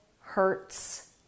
hurts